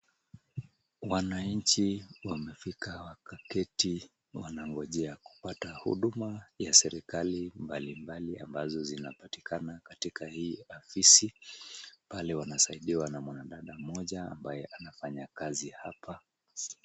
Wananchi wamefika wakaketi wanangojea kupata huduma ya serikali mbalimbali ambazo zinapatikana katika hii afisi. Pale wanasaidiwa na mwanadada mmoja ambaye anafanya kazi hapa.